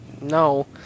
No